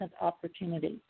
opportunities